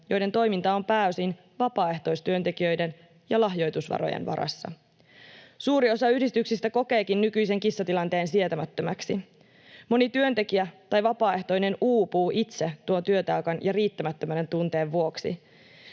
joiden toiminta on pääosin vapaaehtoistyöntekijöiden ja lahjoitusvarojen varassa. Suuri osa yhdistyksistä kokeekin nykyisen kissatilanteen sietämättömäksi. Moni työntekijä tai vapaaehtoinen uupuu itse tuon työtaakan ja riittämättömyyden tunteen vuoksi: